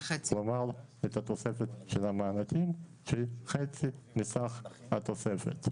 כלומר את התוספת של המענקים שהיא חצי מסך התוספת.